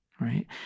right